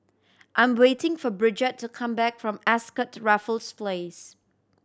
I'm waiting for Bridgette to come back from Ascott Raffles Place